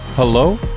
Hello